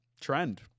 trend